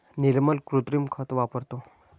निर्मल कृत्रिम खत वापरतो